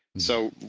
so,